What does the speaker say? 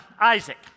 Isaac